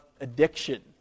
addiction